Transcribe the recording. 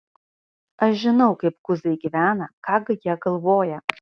aš žinau kaip kuzai gyvena ką jie galvoja